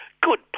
Good